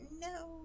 no